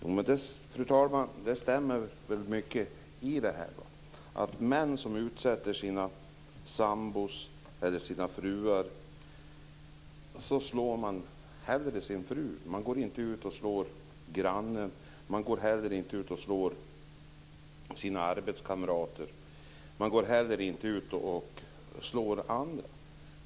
Fru talman! Jo, det ligger väl mycket i det när det gäller män som utsätter sina sambor eller fruar. Man slår hellre sin fru. Man går inte ut och slår grannen. Man går inte heller ut och slår sina arbetskamrater eller några andra.